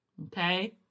okay